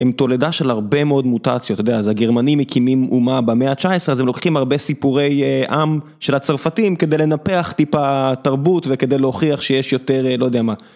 עם תולדה של הרבה מאוד מוטציות, אתה יודע, אז הגרמנים הקימים אומה במאה ה-19, אז הם לוקחים הרבה סיפורי עם של הצרפתים כדי לנפח טיפה תרבות וכדי להוכיח שיש יותר לא יודע מה.